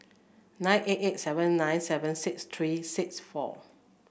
nine eight eight seven nine seven six three six four